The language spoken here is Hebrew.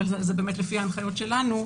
וזה באמת לפי ההנחיות שלנו.